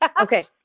Okay